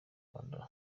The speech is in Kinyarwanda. rwanda